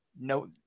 no